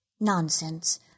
Nonsense